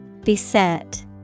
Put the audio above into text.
Beset